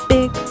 Big